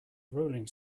rolling